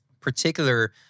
particular